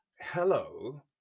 hello